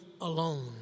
alone